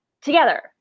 together